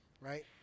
Right